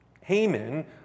Haman